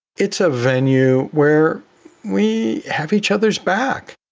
it's a venue where we have each other's back.